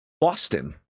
Boston